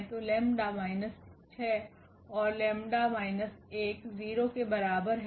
तो lambda 𝜆 minus 6 और lambda 𝜆 minus 1 0 के बराबर है